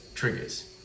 triggers